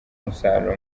umusaruro